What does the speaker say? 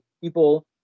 people